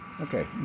Okay